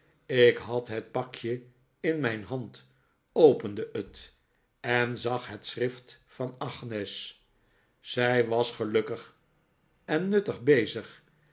ik had het pakje in mijn hand opende het en zag het schrift van agnes zij was gelukkig en nuttig bezig